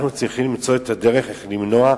אנחנו צריכים למצוא את הדרך איך למנוע,